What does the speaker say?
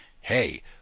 hey